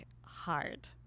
hard